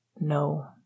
no